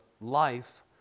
life